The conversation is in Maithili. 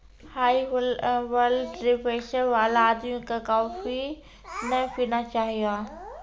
हाइब्लडप्रेशर वाला आदमी कॅ कॉफी नय पीना चाहियो